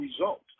results